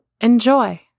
enjoy